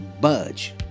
Budge